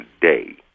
today